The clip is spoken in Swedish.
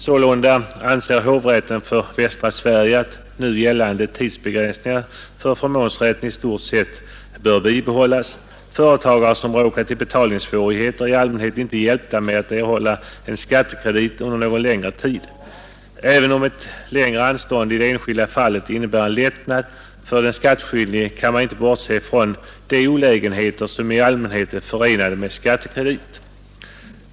Sålunda anser hovrätten för västra Sverige att nu gällande tidsbegränsningar för förmånsrätten i stort sett bör bibehållas. Företagare som råkat i betalningssvårigheter är i allmänhet inte hjälpta med att erhålla skattekredit under någon längre tid. Även om ett längre anstånd i det enskilda fallet innebär en lättnad för den skattskyldige, kan man inte bortse från de olägenheter som i allmänhet är förenade med skattekredit.